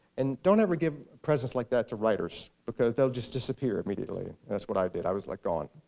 and don't ever give presents like that to writers, because they'll just disappear immediately. that's what i did i was like gone.